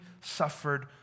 suffered